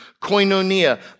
Koinonia